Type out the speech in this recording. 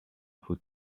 who